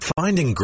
Finding